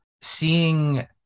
Seeing